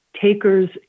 takers